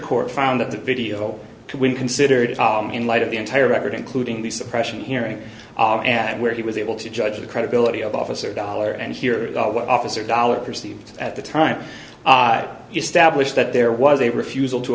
court found that the video when considered in light of the entire record including the suppression hearing and where he was able to judge the credibility of officer dollar and hear what officer dollar perceived at the time he stablished that there was a refusal to